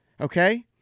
okay